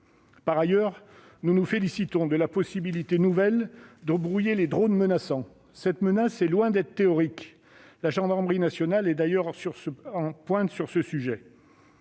Par ailleurs, nous nous félicitons de la possibilité nouvelle de brouiller les drones menaçants. En effet, cette menace est loin d'être théorique. La gendarmerie nationale est d'ailleurs en pointe sur ce sujet.